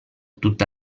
tutta